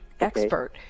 expert